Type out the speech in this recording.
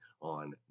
on